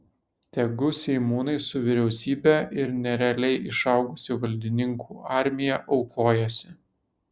tegu seimūnai su vyriausybe ir nerealiai išaugusi valdininkų armija aukojasi